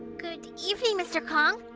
good evening, mr. kong!